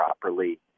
properly